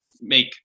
make